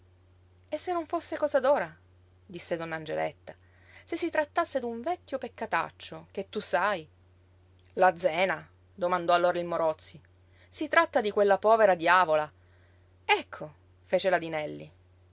e se non fosse cosa d'ora disse donna angeletta se si trattasse d'un vecchio peccataccio che tu sai la zena domandò allora il morozzi si tratta di quella povera diavola ecco fece la dinelli